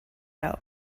out